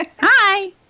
Hi